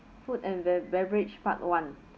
food and be~ beverage part one